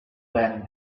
then